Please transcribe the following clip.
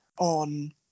on